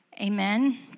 amen